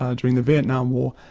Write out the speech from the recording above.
um during the vietnam war,